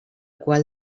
qual